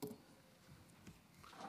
אדוני